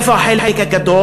איפה החלק הגדול,